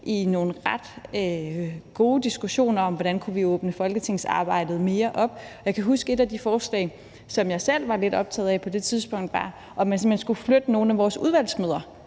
i nogle ret gode diskussioner om, hvordan vi kunne åbne folketingsarbejdet mere op. Jeg kan huske, at et af de forslag, som jeg selv var lidt optaget af på det tidspunkt, var, om man simpelt hen skulle flytte nogle af vores udvalgsmøder